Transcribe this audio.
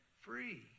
free